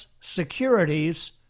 Securities